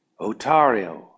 Otario